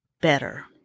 better